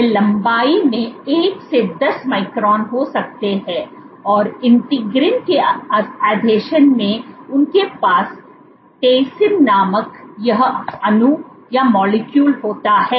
वे लंबाई में 1 से 10 माइक्रोन हो सकते हैं और इंटीग्रिन के आसंजन में उनके पास टेसिन नामक यह अणु होता है